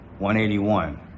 181